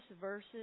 verses